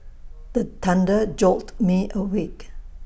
the thunder jolt me awake